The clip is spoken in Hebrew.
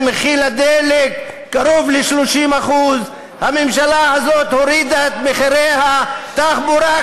מחיר הדלק בקרוב ל-30%; הממשלה הזאת הורידה את מחירי התחבורה,